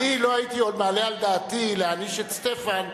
אני לא הייתי מעלה על דעתי להעניש את סטפן,